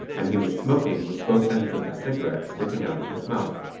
and he was smoking with both ends of the cigarette sticking out of his mouth.